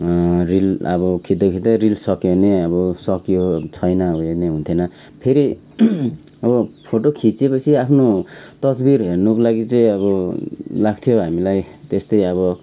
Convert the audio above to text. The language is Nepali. रिल अब खिच्दा खिच्दै रिल सक्यो भने अब सकियो छैन अब उयो नै हुन्थेन फेरि अब फोटो खिचेपछि आफ्नो तस्बिर हेर्नुको लागि चाहिँ अब लाग्थ्यो हामीलाई त्यस्तै अब